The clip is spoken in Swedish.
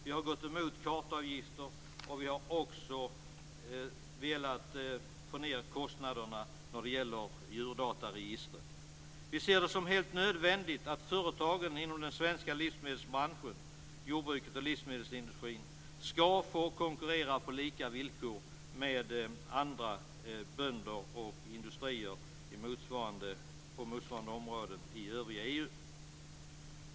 Vi har gått emot kartavgifter och vi har också velat få ned kostnaderna vad gäller djurdataregistret. Vi ser det som helt nödvändigt att företagen inom den svenska livsmedelsbranschen, jordbruket och livsmedelsindustrin, skall få konkurrera på samma villkor som andra bönder och industrier på motsvarande områden i övriga EU.